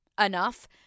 enough